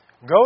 Go